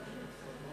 חבר הכנסת